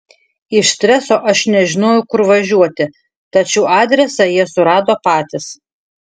iš streso aš nežinojau kur važiuoti tačiau adresą jie surado patys